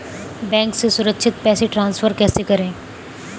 Bank से सुरक्षित पैसे ट्रांसफर कैसे करें?